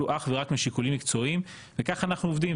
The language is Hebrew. אך ורק משיקולים מקצועיים וכך אנחנו עובדים.